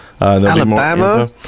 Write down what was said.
Alabama